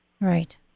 Right